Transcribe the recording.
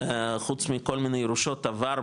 חוץ מכל מיני ירושות עבר,